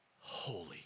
holy